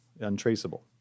untraceable